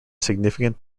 significant